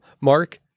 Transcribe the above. Mark